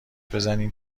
بزنین